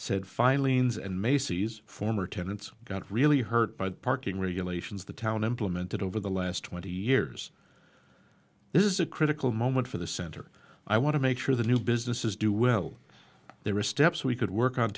said filings and macy's former tenants got really hurt by the parking regulations the town implemented over the last twenty years this is a critical moment for the center i want to make sure the new businesses do well there are steps we could work on